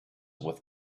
with